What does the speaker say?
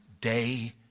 day